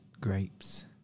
Grapes